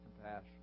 compassion